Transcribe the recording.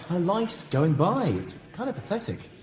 her life's going by, it's kind of pathetic.